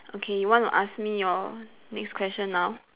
okay want to ask me your next question now